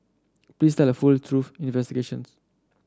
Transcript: please tell the full truth investigations